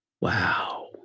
Wow